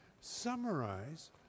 summarize